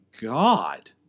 God